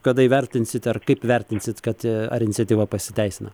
kada įvertinsit ar kaip vertinsit kad ar iniciatyva pasiteisina